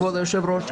כבוד היושב-ראש,